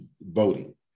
voting